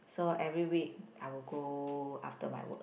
so every week I will go after my work